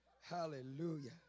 Hallelujah